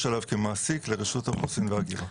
עליו כמעסיק לרשות האוכלוסין וההגירה.